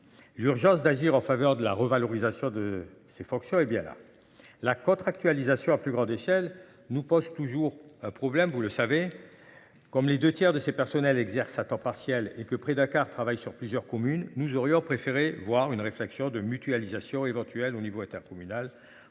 L'urgence d'agir en faveur de la revalorisation de ses fonctions, hé bien la la contractualisation à plus grande échelle, nous pose toujours un problème vous le savez. Comme les 2 tiers de ses personnels exercent à temps partiel et que près Dakar travaille sur plusieurs communes, nous aurions préféré voir une réflexion de mutualisation éventuelle au niveau intercommunal